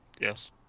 Yes